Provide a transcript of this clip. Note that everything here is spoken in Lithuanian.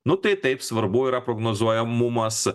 nu tai taip svarbu yra prognozuojamumas